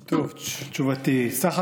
תשובתי: לשאלתך,